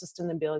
sustainability